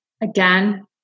again